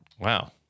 Wow